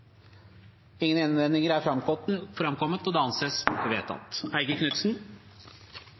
Ingen innvendinger er framkommet, og det anses vedtatt.